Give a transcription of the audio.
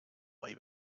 way